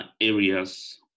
areas